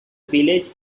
village